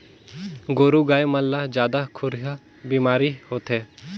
गोरु गाय मन ला जादा खुरहा बेमारी होथे